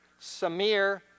Samir